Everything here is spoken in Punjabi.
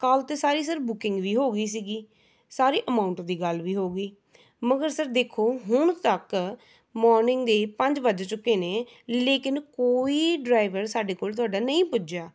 ਕੱਲ੍ਹ ਤਾਂ ਸਾਰੀ ਸਰ ਬੁਕਿੰਗ ਵੀ ਹੋ ਗਈ ਸੀਗੀ ਸਾਰੀ ਅਮਾਉਂਟ ਦੀ ਗੱਲ ਵੀ ਹੋ ਗਈ ਮਗਰ ਸਰ ਦੇਖੋ ਹੁਣ ਤੱਕ ਮੋਰਨਿੰਗ ਦੇ ਪੰਜ ਵੱਜ ਚੁੱਕੇ ਨੇ ਲੇਕਿਨ ਕੋਈ ਡਰਾਇਵਰ ਸਾਡੇ ਕੋਲ ਤੁਹਾਡਾ ਨਹੀਂ ਪੁੱਜਿਆ